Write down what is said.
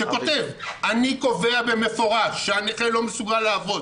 שכותב: אני קובע במפורש שהנכה לא מסוגל לעבוד,